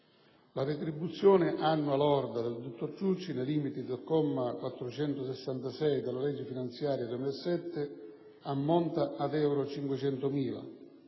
La retribuzione annua lorda del dottor Ciucci, nei limiti dell'articolo 1, comma 466, della legge finanziaria 2007, ammonta a euro 500.000,